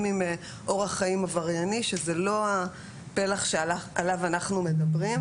עם אורך חיים עברייני שזה לא הפלח שעליו אנחנו מדברים,